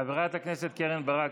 חברת הכנסת קרן ברק,